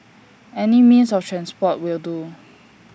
any means of transport will do